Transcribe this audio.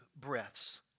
breaths